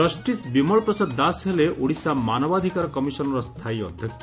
justice Bimal Prasad Das ହେଲେ ଓଡିଶା ମାନବାଧିକାର କମିଶନର ସ୍ଥାୟୀ ଅଧ୍ଧକ୍ଷ